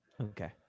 Okay